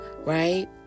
Right